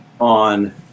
on